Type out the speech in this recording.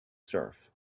surf